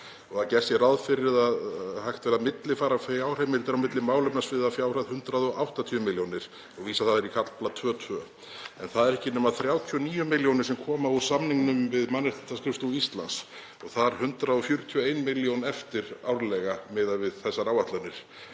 að gert sé ráð fyrir að hægt verði að millifæra fjárheimildir á milli málefnasviða að fjárhæð 180 milljónir og vísað er í kafla 2.2. En það eru ekki nema 39 milljónir sem koma úr samningnum við Mannréttindaskrifstofu Íslands og 141 milljón þar eftir árlega miðað við þessar áætlanir.